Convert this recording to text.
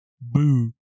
Boo